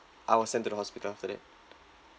I was sent to the hospital after that